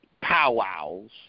powwows